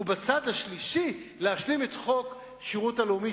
בצד השלישי להשלים את חוק שירות לאומי,